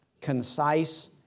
concise